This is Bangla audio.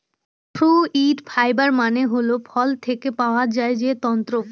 ফ্রুইট ফাইবার মানে হল ফল থেকে পাওয়া যায় যে তন্তু